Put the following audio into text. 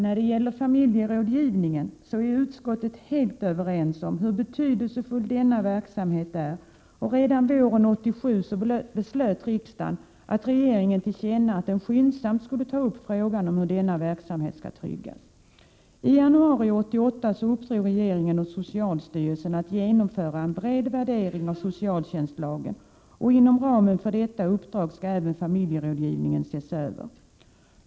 När det gäller familjerådgivningen är utskottet helt överens om hur betydelsefull denna verksamhet är, och redan våren 1987 beslöt riksdagen att ge regeringen till känna att den skyndsamt borde ta upp frågan om hur denna verksamhet skall tryggas. I januari 1988 uppdrog regeringen åt socialstyrelsen att genomföra en bred värdering av socialtjänstlagen. Inom ramen för detta uppdrag skall även familjerådgivningen ses över.